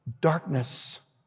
darkness